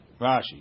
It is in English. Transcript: Rashi